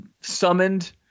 summoned